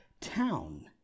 town